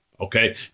okay